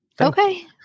Okay